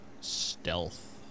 stealth